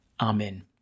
Amen